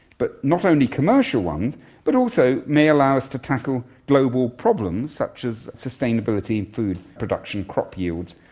but not only commercial ones but also may allow us to tackle global problems such as sustainability and food production, crop yields,